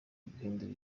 guhindura